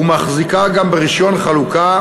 ומחזיקה גם ברישיון חלוקה,